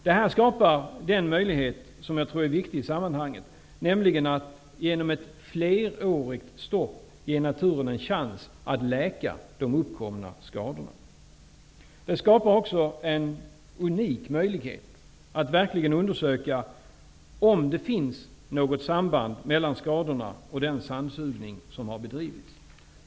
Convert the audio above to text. Det här skapar den möjlighet som jag tror är viktig i sammanhanget, nämligen att genom ett flerårigt stopp ge naturen en chans att läka de uppkomna skadorna. Det skapar också en unik möjlighet att verkligen undersöka om det finns något samband mellan skadorna och den sandsugning som har bedrivits.